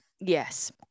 Yes